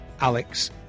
Alex